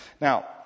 Now